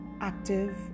active